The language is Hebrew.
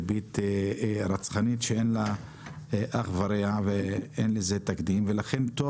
ריבית רצחנית שאין לה אח ורע ואין לזה תקדים ולכן טוב